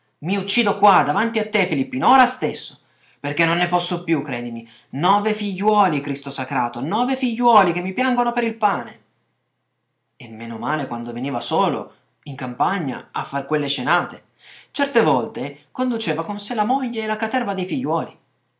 i uccido qua davanti a te filippino ora stesso perché non ne posso più credimi nove figliuoli cristo sacrato nove figliuoli che mi piangono per il pane e meno male quando veniva solo in campagna a far quelle scenate certe volte conduceva con sé la moglie e la caterva dei figliuoli